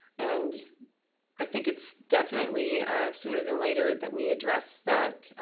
and i think it's definitely sooner than later, that we address that.